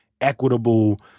equitable